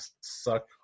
suck